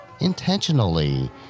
intentionally